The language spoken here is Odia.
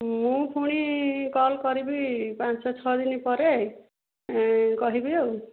ମୁଁ ପୁଣି କଲ୍ କରିବି ପାଞ୍ଚ ଛଅ ଦିନି ପରେ କହିବି ଆଉ